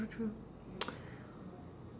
true true